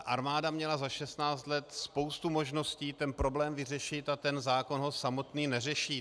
Armáda měla za šestnáct let spoustu možností ten problém vyřešit, a ten zákon ho samotný neřeší.